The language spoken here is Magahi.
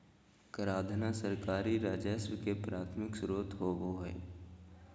कराधान सरकारी राजस्व के प्राथमिक स्रोत होबो हइ